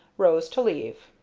rose to leave.